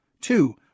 two